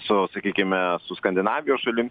su sakykime su skandinavijos šalim